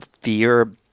fear